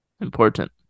Important